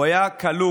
הוא היה כלוא